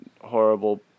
horrible